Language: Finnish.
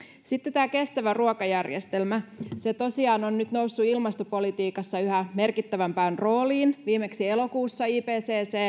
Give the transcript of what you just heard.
sitten tämä kestävä ruokajärjestelmä se tosiaan on nyt noussut ilmastopolitiikassa yhä merkittävämpään rooliin viimeksi elokuussa ipcc